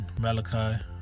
Malachi